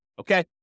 Okay